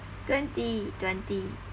twenty twenty